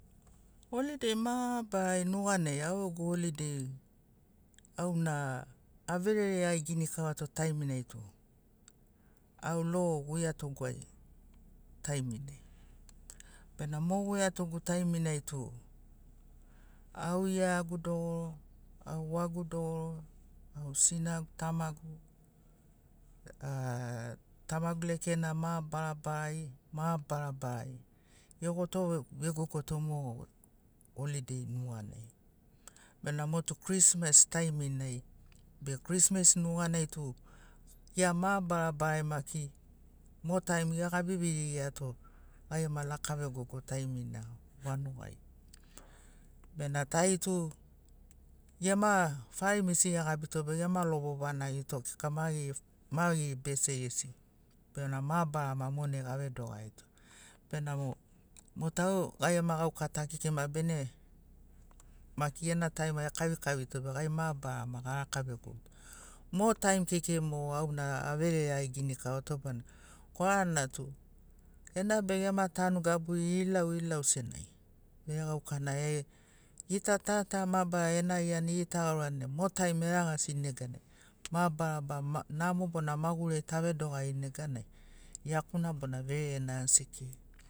Holiday mabarana nuganai au gegu holidei auna averereiagi ginikauato taiminai tu au logo guiato guai taiminai bena mo guiatogu taiminai tu au iagu dogoro wagu dogoro au sinagu tamagu aaaa tamagu lekena mabarabarari mabarabarari egoto vegogoto mo holidei nuganai bena motu krismas taiminai be krismas nuganai tu gia mabarabara maki mo taimi egabivigiriato gai gema laka vegogo taimina vanugai bena tari tu gema faraimisi egabito be gema lovo vanagito kika ma geri ma geri bese gesi bena mabarama monai gavedogarito benamo mo tu au gai gema gauka ta kekei ma bene maki gena taim ekavikavito bena gai mabarama garaka vegogoto mo taim kekei mo auna averereiagi ginikauato badina korana tu ena be gema tanu gaburi ilauilau senagi veregaukana e gita ta ta mabarara enarirani egitagaurani mo taim eragasini neganai mabarara namo bona maguri ai tavedogarini neganai iakuna bona vererena asi kei